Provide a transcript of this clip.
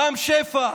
רם שפע,